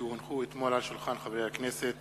כי הונחו אתמול על שולחן הכנסת,